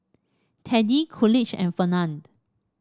Teddie Coolidge and Fernand